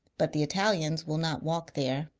but the italians will not walk there,